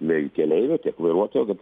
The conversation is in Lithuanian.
bei keleivio tiek vairuotojo kad